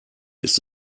ist